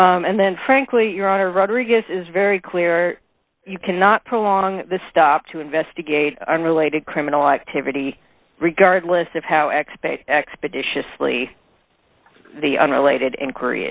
illegally and then frankly your honor rodriguez is very clear you cannot prolong the stop to investigate unrelated criminal activity regardless of how expat expeditiously the unrelated inquiry